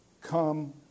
come